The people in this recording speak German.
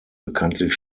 bekanntlich